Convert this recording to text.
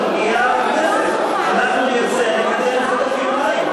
אין לוחות זמנים.